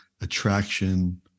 attraction